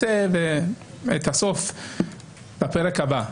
והסוף בפרק הבא,